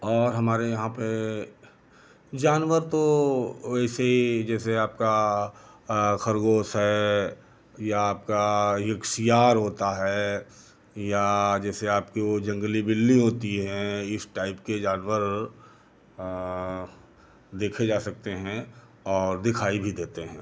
और हमारे यहाँ पे जानवर तो वैसे ही जैसे आपका खरगोश है या आपका एक सियार होता है या जैसे आपके ओ जंगली बिल्ली होती है इस टाइप के जानवर देखे जा सकते हैं और दिखाई भी देते हैं